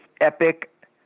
epic